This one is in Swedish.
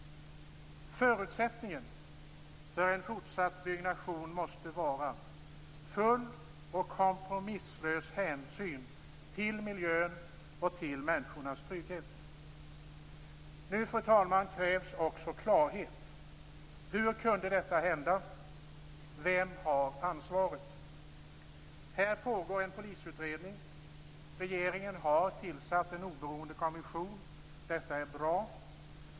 Förutsättningen för en fortsatt byggnation måste vara full och kompromisslös hänsyn till miljön och till människornas trygghet. Fru talman! Nu krävs också klarhet. Hur kunde detta hända? Vem har ansvaret? Det pågår en polisutredning. Regeringen har tillsatt en oberoende kommission. Detta är bra.